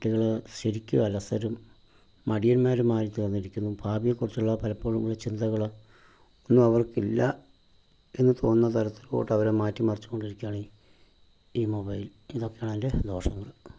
കുട്ടികൾ ശരിക്കും അലസരും മടിയന്മാരുമായി തീർന്നിരിക്കുന്നു ഭാവിയെക്കുറിച്ചുള്ള പലപ്പോഴും ഉള്ള ചിന്തകൾ ഒന്നും അവർക്കില്ല എന്ന് തോന്നുന്ന തരത്തിലോട്ടവരെ മാറ്റി മറിച്ചോണ്ടിരിക്കാണീ ഈ മൊബൈൽ ഇതെക്കെയാണതിൻ്റെ ദോഷങ്ങൾ